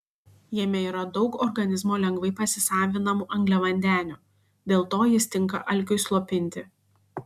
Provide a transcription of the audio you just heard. jame yra daug organizmo lengvai pasisavinamų angliavandenių dėl to jis tinka alkiui slopinti